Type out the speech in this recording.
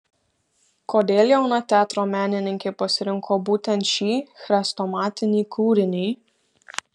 kodėl jauna teatro menininkė pasirinko būtent šį chrestomatinį kūrinį